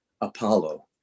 Apollo